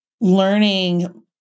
learning